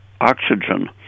oxygen